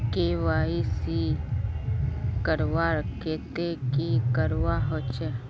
KYC करवार केते की करवा होचए?